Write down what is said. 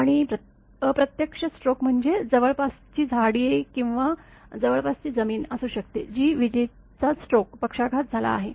आणि अप्रत्यक्ष स्ट्रोक म्हणजे जवळपासची झाडे किंवा जवळपासची जमीन असू शकते जी विजेचा स्ट्रोक पक्षाघात झाला आहे